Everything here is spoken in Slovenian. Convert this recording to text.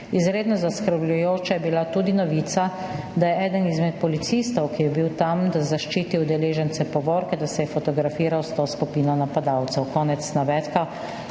Izredno zaskrbljujoča je bila tudi novica, da je eden izmed policistov, ki je bil tam, da zaščiti udeležence povorke, da se je fotografiral s to skupino napadalcev.« Konec navedka.